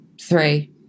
three